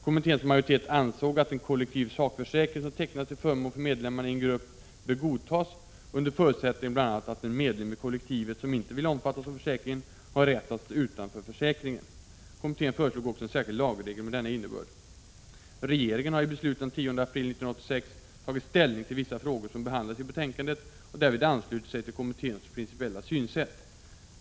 Kommitténs majoritet ansåg att en kollektiv sakförsäkring som tecknats till förmån för medlemmarnaien grupp bör godtas, under förutsättning bl.a. att en medlem i kollektivet som inte vill omfattas av försäkringen har rätt att stå utanför försäkringen. Kommittén föreslog också en särskild lagregel med denna innebörd. Regeringen har i beslut den 10 april 1986 tagit ställning till vissa frågor som behandlades i betänkandet och därvid anslutit sig till kommitténs principiella synsätt.